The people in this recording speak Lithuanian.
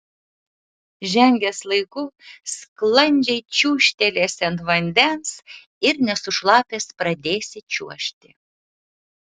žengęs laiku sklandžiai čiūžtelėsi ant vandens ir nesušlapęs pradėsi čiuožti